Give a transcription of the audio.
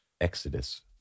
Exodus